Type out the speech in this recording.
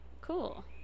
Cool